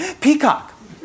Peacock